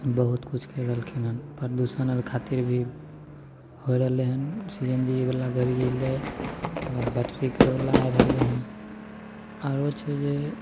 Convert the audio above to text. बहुत किछु करि रहलखिन हँ प्रदूषण आर खातिर भी होइ रहलै हँ सी एन जी वला गाड़ी अएलै ओकर बाद बैटरी आर वला आइ रहलै हँ आओर छै जे